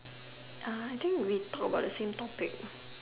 er I think we talk about the same topic